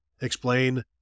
explain